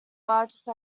largest